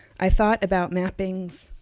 i thought about mappings,